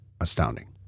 astounding